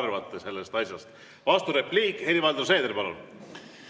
arvate sellest asjast. Vasturepliik, Helir-Valdor Seeder, palun!